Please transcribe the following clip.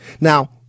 Now